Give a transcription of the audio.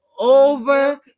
over